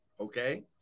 Okay